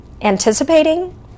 anticipating